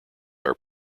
are